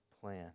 plan